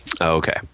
Okay